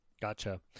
Gotcha